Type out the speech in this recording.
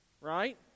right